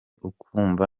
ukumva